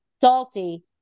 Salty